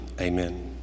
Amen